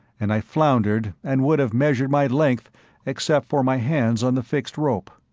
and i floundered and would have measured my length except for my hands on the fixed rope.